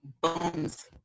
bones